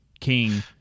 king